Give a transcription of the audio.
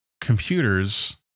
computers